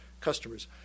customers